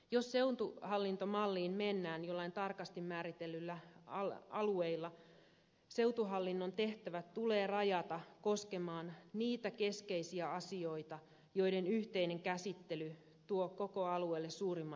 jos seutuhallintomalliin mennään joillain tarkasti määritellyllä alueilla seutuhallinnon tehtävät tulee rajata koskemaan niitä keskeisiä asioita joiden yhteinen käsittely tuo koko alueelle suurimman hyödyn